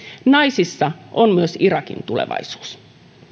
naisissa on myös irakin tulevaisuus